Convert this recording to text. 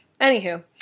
Anywho